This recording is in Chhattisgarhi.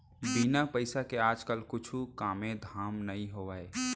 बिन पइसा के आज काल कुछु कामे धाम नइ होवय